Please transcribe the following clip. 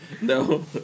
No